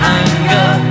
anger